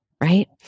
right